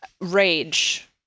Rage